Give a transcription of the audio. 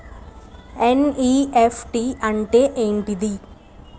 NEFT అంటే ఏంటిది?